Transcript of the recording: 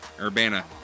Urbana